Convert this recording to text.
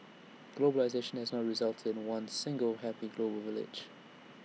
globalisation has not resulted in one single happy global village